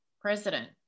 president